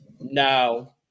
No